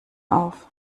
auf